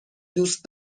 دوست